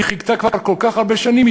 היא חיכתה כבר כל כך הרבה שנים,